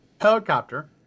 helicopter